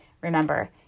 Remember